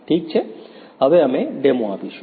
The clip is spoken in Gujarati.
ઠીક છે હવે અમે ડેમો આપીશું